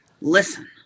Listen